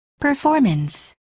performance